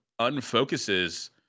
unfocuses